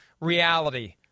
reality